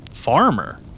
farmer